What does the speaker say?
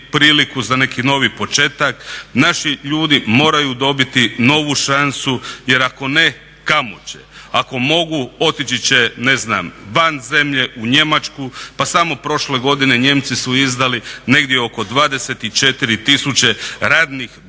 priliku za neki novi početak. Naši ljudi moraju dobiti novu šansu, jer ako ne kamo će. Ako mogu otići će ne znam van zemlje, u Njemačku. Pa samo prošle godine Nijemci su izdali negdje oko 24 tisuće radnih